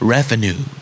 Revenue